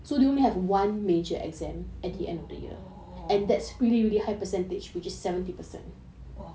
!wah!